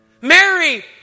Mary